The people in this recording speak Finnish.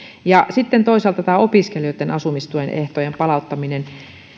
sitten toisaalta tämä opiskelijoitten asumistuen ehtojen palauttaminen